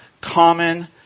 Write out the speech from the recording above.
common